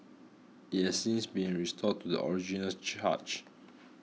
it has since been restored to the original charge